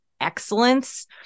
excellence